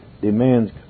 demands